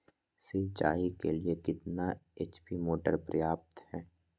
सिंचाई के लिए कितना एच.पी मोटर पर्याप्त है?